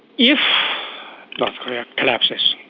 if north korea collapses